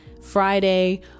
Friday